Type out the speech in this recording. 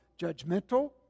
judgmental